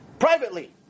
Privately